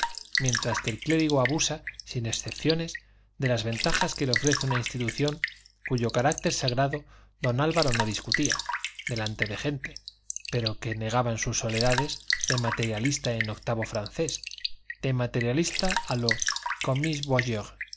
mientras el clérigo abusa sin excepciones de las ventajas que le ofrece una institución cuyo carácter sagrado don álvaro no discutía delante de gente pero que negaba en sus soledades de materialista en octavo francés de materialista a lo